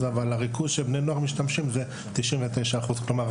אבל הריכוז שבו בני נוער משתמשים הוא 99%. כלומר,